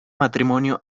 matrimonio